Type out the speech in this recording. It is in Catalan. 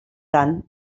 tant